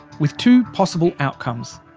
with two possible outcomes.